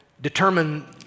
determine